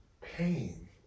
pain